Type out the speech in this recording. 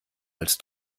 als